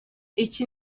iki